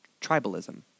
tribalism